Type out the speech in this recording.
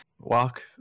Walk